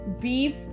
beef